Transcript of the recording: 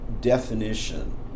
definition